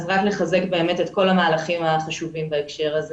אז רק לחזק באמת את כל המהלכים החשובים בהקשר הזה.